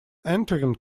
entering